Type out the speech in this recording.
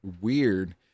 weird